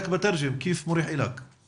דרשה מאחותי תוכנית לימודים שלו,